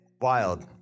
Wild